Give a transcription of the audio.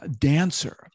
dancer